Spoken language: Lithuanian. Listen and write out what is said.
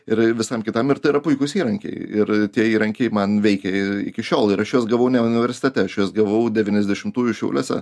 ir visam kitam ir tai yra puikūs įrankiai ir tie įrankiai man veikia iki šiol ir aš juos gavau ne universitete aš juos gavau devyniasdešimtųjų šiauliuose